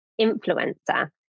influencer